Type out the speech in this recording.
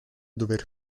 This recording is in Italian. dover